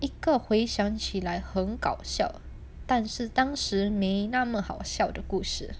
一个回想起来很搞笑但是当时没那么好笑的故事